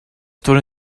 står